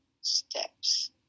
steps